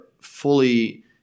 fully